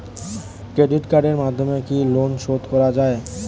Credit কার্ডের মাধ্যমে কি লোন শোধ করা যায়?